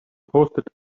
posted